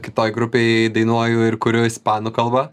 kitoj grupėj dainuoju ir kuriu ispanų kalba